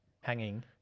hanging